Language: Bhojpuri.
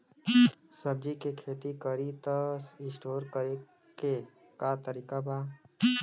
सब्जी के खेती करी त स्टोर करे के का तरीका बा?